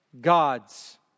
God's